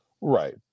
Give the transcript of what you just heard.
Right